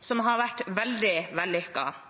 som har vært veldig vellykket.